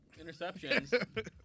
interceptions